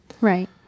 Right